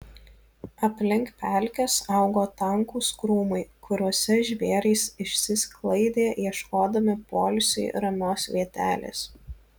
aplink pelkes augo tankūs krūmai kuriuose žvėrys išsisklaidė ieškodami poilsiui ramios vietelės